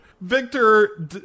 victor